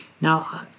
Now